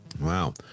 Wow